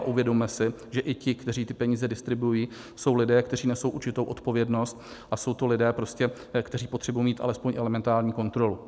A uvědomme si, že i ti, kteří ty peníze distribuují, jsou lidé, kteří nesou určitou odpovědnost, a jsou to lidé, kteří potřebují mít alespoň elementární kontrolu.